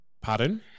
Pardon